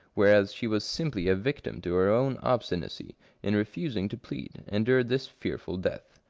whereas she was simply a victim to her own obstinacy in refusing to plead, endured this fearful death.